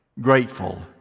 grateful